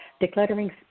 decluttering